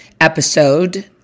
episode